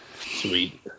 Sweet